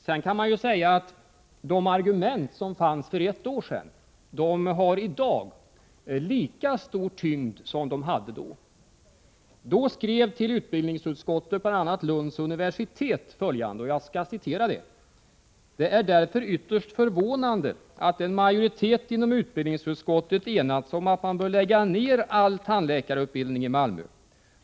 Sedan kan man säga att de argument som fanns för ett år sedan har i dag lika stor tyngd som de hade vi det tillfället. Då skrev Lunds universitet till utbildningsutskottet bl.a. följande: ”Det är därför ytterst förvånande att en majoritet inom utbildningsutskottet enats om att man bör lägga ner all tandläkarutbildning i Malmö.